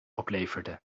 opleverde